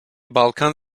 balkan